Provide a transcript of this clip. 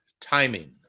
timing